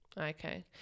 okay